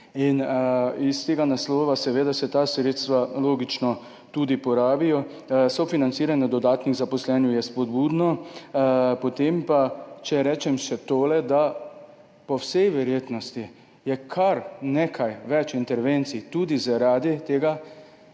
in iz tega naslova se ta sredstva logično tudi porabijo. Sofinanciranje dodatnih zaposlenih je spodbudno. Če rečem še to. Po vsej verjetnosti je kar nekaj več intervencij tudi zaradi